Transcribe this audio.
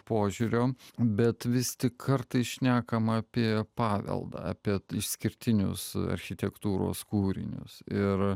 požiūrio bet vis tik kartais šnekama apie paveldą apie išskirtinius architektūros kūrinius ir